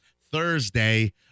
Thursday